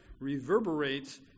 reverberates